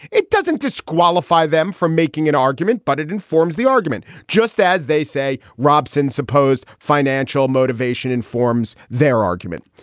it doesn't disqualify them from making an argument but it informs the argument just as they say robson supposed financial motivation informs informs their argument.